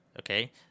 okay